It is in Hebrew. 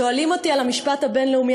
שואלים אותי על המשפט הבין-לאומי,